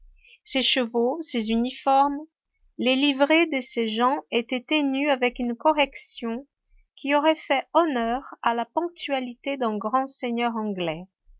ses chevaux ses uniformes les livrées de ses gens étaient tenus avec une correction qui aurait fait honneur à la ponctualité d'un grand seigneur anglais